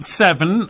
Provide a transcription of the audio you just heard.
seven